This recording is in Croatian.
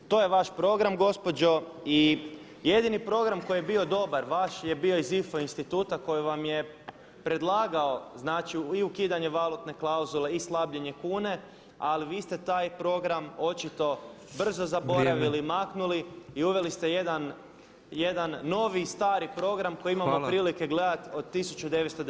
To je vaš program gospođo i jedini program koji je bio dobar vaš je bio iz IFO instituta koji vam je predlagao znači i ukidanje valutne klauzule i slabljenje kune ali vi ste taj program očito brzo zaboravili, maknuli i uveli ste jedan novi stari program koji imamo prilike gledati od 1994.